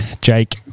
Jake